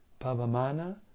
Pavamana